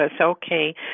okay